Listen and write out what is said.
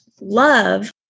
love